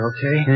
Okay